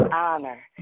honor